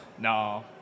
No